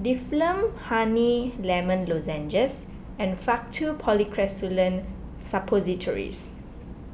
Difflam Honey Lemon Lozenges and Faktu Policresulen Suppositories